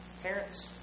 Parents